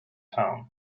town